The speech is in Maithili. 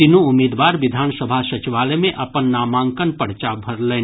तीनू उम्मीदवार विधानसभा सचिवालय मे अपन नामांकन पर्चा भरलनि